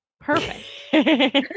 perfect